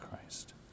Christ